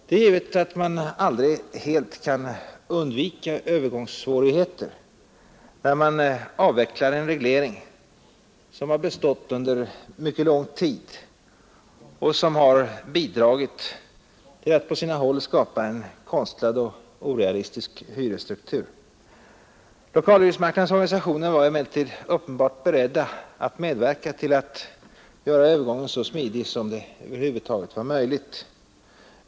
Det är givet att man aldrig helt kan undvika övergångssvårigheter när man avvecklar en reglering som bestått under mycket lång tid och som har bidragit till att på sina håll skapa en konstlad och orealistisk hyresstruktur. Lokalhyresmarknadens organisationer var emellertid uppenbart beredda att medverka till att göra övergången så smidig som över huvud taget var möjligt.